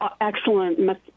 Excellent